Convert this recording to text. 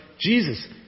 Jesus